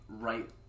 Right